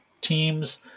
teams